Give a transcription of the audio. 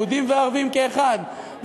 יהודים וערבים כאחד,